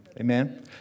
Amen